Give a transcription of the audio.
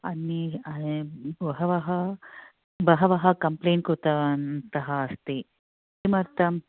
अन्ये बहवः बहवः कम्प्लेण्ट् कृतवन्तः अस्ति किमर्थम्